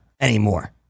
anymore